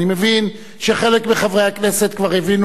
אני מבין שחלק מחברי הכנסת כבר הבינו